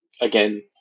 Again